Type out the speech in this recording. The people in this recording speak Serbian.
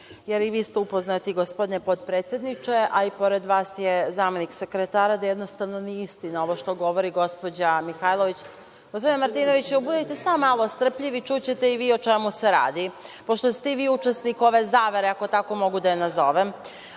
jer i vi ste upoznati, gospodine potpredsedniče, a i pored vas je i zamenik sekretara, da jednostavno nije istina ovo što govori gospođa Mihajlović.(Aleksandar Martinović: To je već bilo.)Gospodine Martinoviću, budite samo malo strpljivi i čućete i vi o čemu se radi, pošto ste i vi učesnik ove zavere, ako tako mogu da je nazovem.